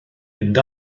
mynd